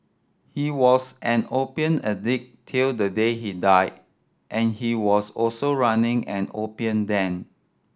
he was an opium addict till the day he died and he was also running an opium den